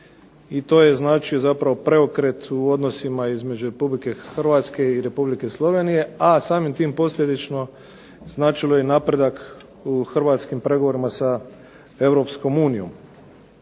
i to je znači zapravo preokret u odnosima između Republike Hrvatske i Republike Slovenije, a samim tim posljedično značilo je i napredak u hrvatskim pregovorima sa Europskom unijom.